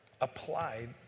applied